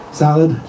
salad